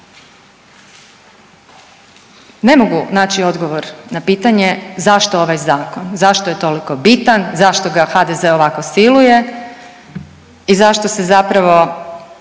Ne mogu naći odgovor na pitanje zašto ovaj zakon, zašto je toliko bitan, zašto ga HDZ ovako siluje i zašto se zapravo